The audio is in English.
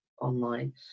online